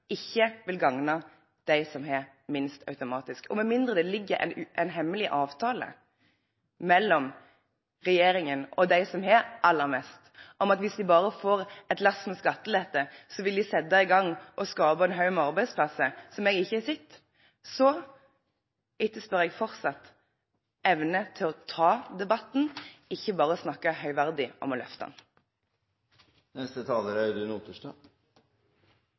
ikke automatisk vil gagne dem som har minst. Med mindre det foreligger en hemmelig avtale som jeg ikke har sett, mellom regjeringen og dem som har aller mest, om at hvis de bare får et lass med skattelette, så vil de sette i gang og skape en haug med arbeidsplasser, etterspør jeg fortsatt evne til å ta debatten, ikke bare snakke høyverdig om å løfte